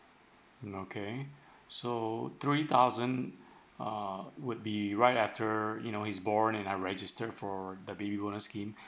okay so three thousand uh would be right after you know is born and I register for the baby bonus scheme